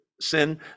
sin